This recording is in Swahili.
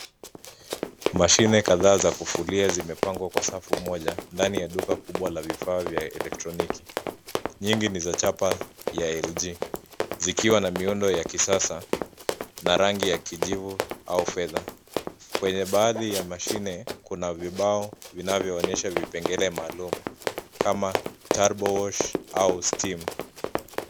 Mashine kadhaa za kufulia zimepangwa kwa safu moja ndani ya duka kubwa la vifaa vya elektroniki, nyingi ni za chapa ya LG zikiwa na miundo ya kisasa na rangi ya kijivu au fedha. Kwenye baadhi ya mashine kuna vibao vinavyoonysha vipengele maalum kama turbo wash au steam .